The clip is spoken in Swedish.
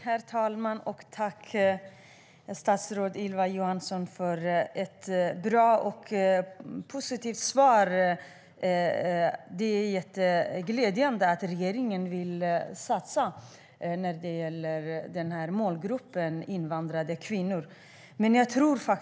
Herr talman! Tack, statsrådet Ylva Johansson, för ett bra och positivt svar! Det är glädjande att regeringen vill satsa på målgruppen invandrade kvinnor.